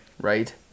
Right